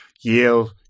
Yale